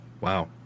Wow